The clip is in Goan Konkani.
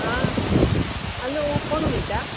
आ हॅलो कोण उलयता